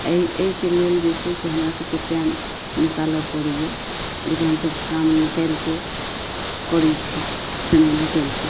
एहिके लेल जे छै से हमरा सभके टाइम निकालऽ पड़ैया लेकिन हमसब काम निकालिके करै छी समय निकालिके